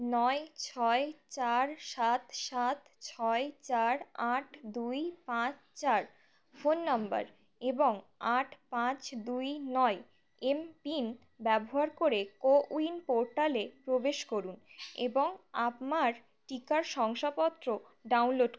নয় ছয় চার সাত সাত ছয় চার আট দুই পাঁচ চার ফোন নম্বর এবং আট পাঁচ দুই নয় এমপিন ব্যবহার করে কোউইন পোর্টালে প্রবেশ করুন এবং আমার টিকার শংসাপত্র ডাউনলোড করুন